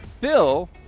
Bill